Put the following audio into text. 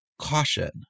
caution